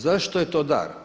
Zašto je to dar?